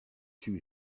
too